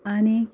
आनी